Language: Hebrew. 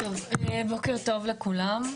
בוקר טוב לכולם.